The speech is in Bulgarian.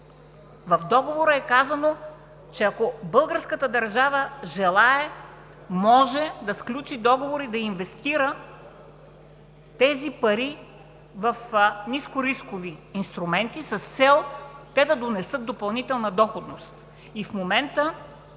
в договора е казано, че ако българската държава желае, може да сключи договори, да инвестира тези пари в ниско рискови инструменти с цел те да донесат допълнителна доходност. В момента